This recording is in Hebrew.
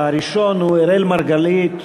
הראשון הוא אראל מרגלית,